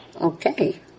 okay